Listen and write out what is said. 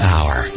Hour